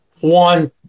one